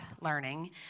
learning